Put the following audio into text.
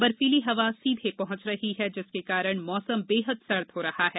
बर्फीली हवा सीधे पहुंच रही है जिसके कारण मौसम बेहद सर्द हो रहा है